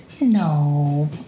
No